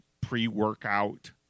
pre-workout